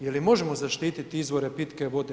Je li možemo zaštititi izvore pitke vode?